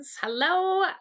Hello